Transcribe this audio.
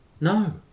no